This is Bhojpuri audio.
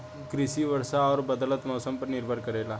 कृषि वर्षा और बदलत मौसम पर निर्भर करेला